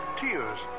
Tears